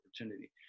opportunity